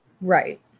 right